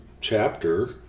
chapter